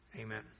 Amen